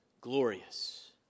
glorious